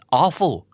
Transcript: awful